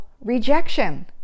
rejection